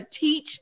teach